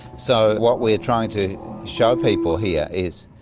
so what we're trying to show people here is.